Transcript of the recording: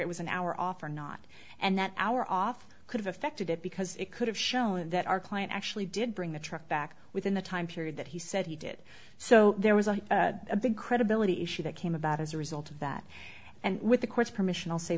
it was an hour off or not and that hour off could have affected it because it could have shown that our client actually did bring the truck back within the time period that he said he did so there was a big credibility issue that came about as a result of that and with the court's permission i'll say